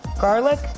garlic